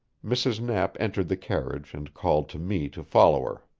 mrs. knapp entered the carriage, and called to me to follow her.